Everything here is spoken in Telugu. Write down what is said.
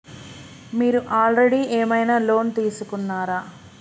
మీరు ఆల్రెడీ ఏమైనా లోన్ తీసుకున్నారా?